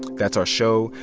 that's our show.